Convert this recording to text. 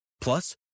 Plus